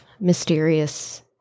mysterious